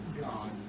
God